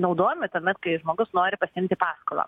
naudojami tuomet kai žmogus nori pasiimti paskolą